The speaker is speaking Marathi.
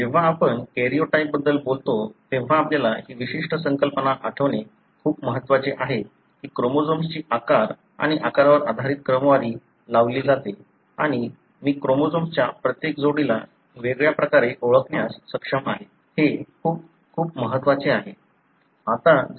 जेव्हा आपणतो कॅरिओटाइपबद्दल बोलता तेव्हा आपल्याला ही विशिष्ट संकल्पना आठवणे खूप महत्वाचे आहे की क्रोमोझोम्सची आकार आणि आकारावर आधारित क्रमवारी लावली जाते आणि मी क्रोमोझोम्सच्या प्रत्येक जोडीला वेगळ्या प्रकारे ओळखण्यास सक्षम आहे ते खूप खूप महत्वाचे आहे